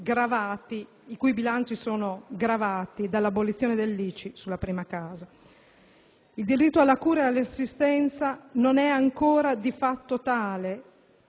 Comuni i cui bilanci sono gravati dall'abolizione dell'ICI sulla prima casa. Il diritto alla cura e all'assistenza non è ancora di fatto tale